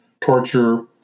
torture